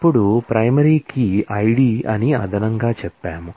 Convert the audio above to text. ఇప్పుడు primary key ID అని అదనంగా చెప్పాము